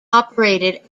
operated